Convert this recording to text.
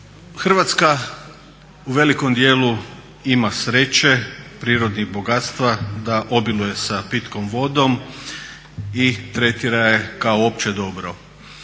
Hrvatska u velikom dijelu ima sreće, prirodnih bogatstava da obiluje sa pitkom vodom i tretira je kao opće dobro.